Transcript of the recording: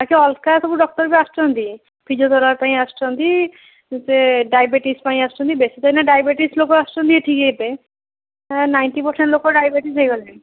ବାକି ଅଲଗା ସବୁ ଡକ୍ଟର୍ ବି ସବୁ ଆସୁଛନ୍ତି ଫିଜିଓଥେରାପି ପାଇଁ ଆସୁଛନ୍ତି ସେ ଡାଇବେଟିସ୍ ପାଇଁ ଆସୁଛନ୍ତି ବେଶୀ ତ ଏଇନା ଡାଇବେଟିସ୍ ଲୋକ ଆସୁଛନ୍ତି ଏଠିକି ଏବେ ପୁରା ନାଇଣ୍ଟି ପରସେଣ୍ଟ୍ ଲୋକ ଡାଇବେଟିସ୍ ହେଇଗଲେଣି